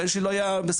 הבן שלי לא היה משחק,